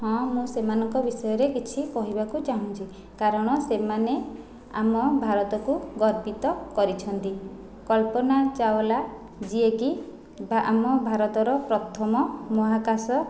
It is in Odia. ହଁ ମୁଁ ସେମାନଙ୍କ ବିଷୟରେ କିଛି କହିବାକୁ ଚାହୁଁଛି କାରଣ ସେମାନେ ଆମ ଭାରତକୁ ଗର୍ବିତ କରିଛନ୍ତି କଳ୍ପନା ଚାୱଲା ଯିଏକି ଆମ ଭାରତର ପ୍ରଥମ ମହାକାଶ